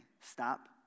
stop